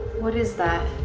what is that?